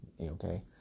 okay